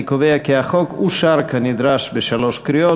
אני קובע כי החוק אושר כנדרש בשלוש קריאות.